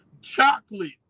chocolate